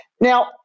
Now